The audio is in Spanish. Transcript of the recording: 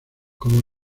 como